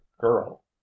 girl